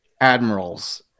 admirals